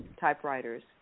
typewriters